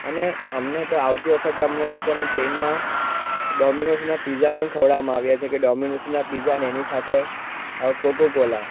અને અમને તો આવતી વખતે અમને લોકોને ટ્રેનમાં ડોમીનોઝના પીઝા પણ ખવડાવવામાં આવ્યા છે કે ડોમીનોઝના પીઝાને એની સાથે કોકોકોલા